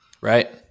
Right